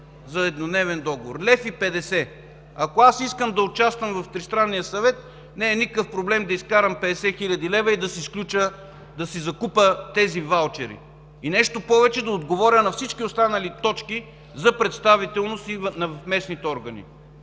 за еднодневен договор. Ако искам да участвам в Тристранния съвет, не е никакъв проблем да изкарам 50 хил. лв. и да си закупя тези ваучери. И нещо повече – да отговоря на всички останали точки за представителност и в местните органи,